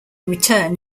returned